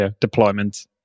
deployment